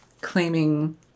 claiming